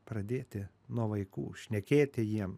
pradėti nuo vaikų šnekėti jiem